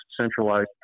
centralized